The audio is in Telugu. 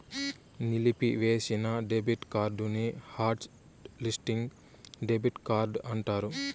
నిలిపివేసిన డెబిట్ కార్డుని హాట్ లిస్టింగ్ డెబిట్ కార్డు అంటారు